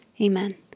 Amen